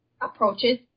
approaches